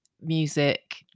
music